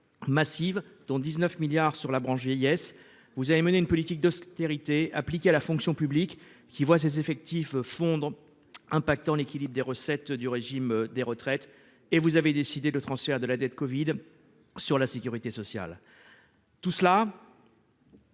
massives dont 19 milliards sur la branche vieillesse, vous avez mené une politique d'austérité appliquée à la fonction publique qui voit ses effectifs fondre impactant l'équilibre des recettes du régime des retraites et vous avez décidé de transfert de la dette Covid sur la sécurité sociale. Tout cela.